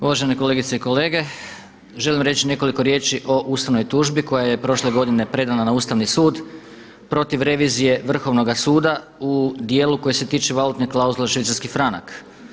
Uvažene kolegice i kolege, želim reći nekoliko riječi o ustavnoj tužbi koja je prošle godine predana na Ustavni sud protiv revizije Vrhovnoga suda u dijelu koji se tiče valutne klauzule Švicarski franak.